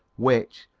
which,